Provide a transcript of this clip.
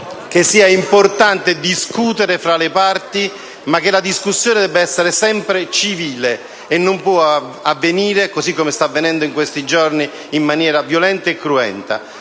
sia importante discutere tra le parti, ma la discussione deve sempre essere civile e non portata avanti, come sta avvenendo in questi giorni, in maniera violenta e cruenta.